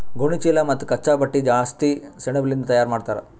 ಗೋಣಿಚೀಲಾ ಮತ್ತ್ ಕಚ್ಚಾ ಬಟ್ಟಿ ಜಾಸ್ತಿ ಸೆಣಬಲಿಂದ್ ತಯಾರ್ ಮಾಡ್ತರ್